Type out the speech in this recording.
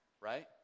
right